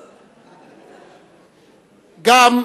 גם,